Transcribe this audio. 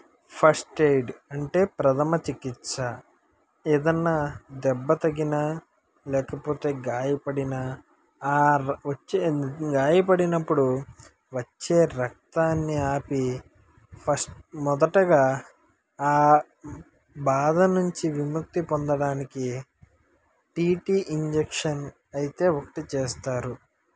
first aid అంటే ప్రధమ చికిత్స ఏదైనా దెబ్బ తగిలిన లేకపోతే గాయపడిన ఆ వచ్చే గాయపడినప్పుడు వచ్చే రక్తాన్ని ఆపి ఫస్ట్ మొదటగా ఆ బాధ నుంచి విముక్తి పొందడానికి టిటి ఇంజక్షన్ అయితే ఒకటి చేస్తారు